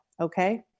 Okay